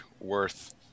worth